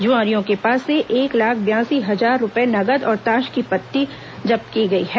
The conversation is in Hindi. जुआरियों के पास से एक लाख बयासी हजार रुपए नगद और ताश की पत्ती जब्त की गई है